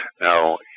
Now